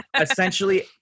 essentially